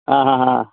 आं हां हां